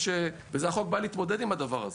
והחוק בא להתמודד עם הדבר הזה,